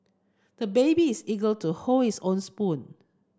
the baby is eager to hold its own spoon